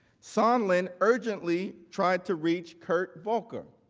sondland urgently tried to reach kurt volker.